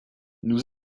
nous